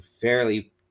fairly